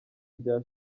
rya